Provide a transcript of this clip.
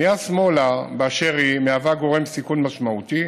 פנייה שמאלה, באשר היא, מהווה גורם סיכון משמעותי